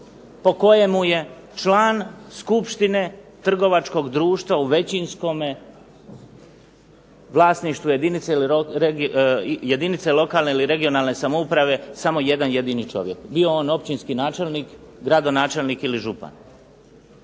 po kojemu je član skupštine trgovačkog društva u većinskome vlasništvu jedinice lokalne ili regionalne samouprave samo jedan jedini čovjek. Bio on općinski načelnik, gradonačelnik ili župan.